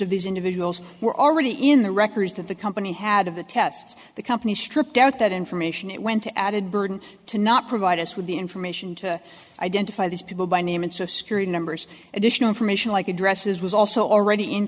of these individuals were already in the records that the company had of the test the company stripped out that information it went to added burden to not provide us with the information to identify the people by name and so security numbers additional information like addresses was also already in